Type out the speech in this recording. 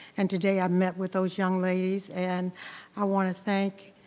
and today i met with those young ladies, and i want to thank